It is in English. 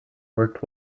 worked